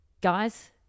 guys